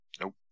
Nope